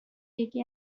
یکی